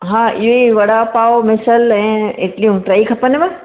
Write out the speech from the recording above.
हा इहो ई वड़ा पाव मिसल ऐं इडलियूं टई खपनव